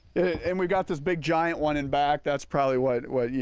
and we got this big giant one in back that's probably what what you,